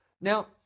Now